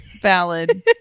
valid